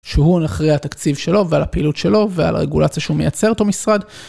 שהוא אחראי על תקציב שלו ועל הפעילות שלו ועל הרגולציה שהוא מייצר אותו משרד.